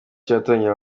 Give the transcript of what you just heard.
cyatangira